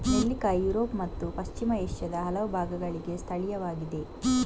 ನೆಲ್ಲಿಕಾಯಿ ಯುರೋಪ್ ಮತ್ತು ಪಶ್ಚಿಮ ಏಷ್ಯಾದ ಹಲವು ಭಾಗಗಳಿಗೆ ಸ್ಥಳೀಯವಾಗಿದೆ